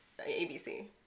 ABC